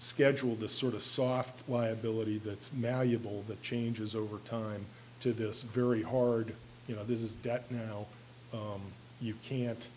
schedule the sort of soft liability that's malleable that changes over time to this very hard you know this is that now you can't